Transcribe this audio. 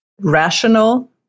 rational